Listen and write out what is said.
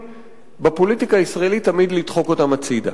בפוליטיקה הישראלית תמיד לדחוק אותן הצדה.